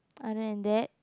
other than that